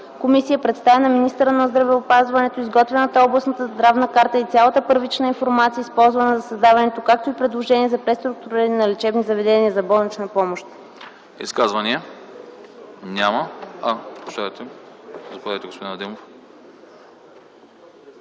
комисия представя на министъра на здравеопазването изготвената областна здравна карта и цялата първична информация, използвана за създаването й, както и предложения за преструктуриране на лечебните заведения за болнична помощ.”